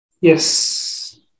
Yes